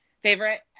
favorite